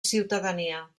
ciutadania